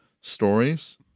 stories